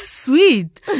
sweet